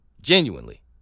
genuinely